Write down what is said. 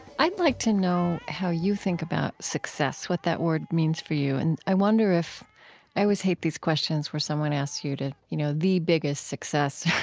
i'd like to know how you think about success, what that word means for you, and i wonder if i always hate these questions where someone asks you, you know, the biggest success,